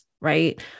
right